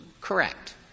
Correct